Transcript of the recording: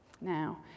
Now